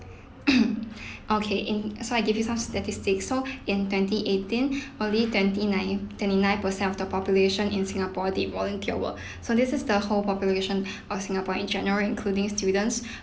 okay in so I give you some statistics so in twenty eighteen only twenty nine twenty nine percent of the population in singapore did volunteer work so this is the whole population of singapore in general including students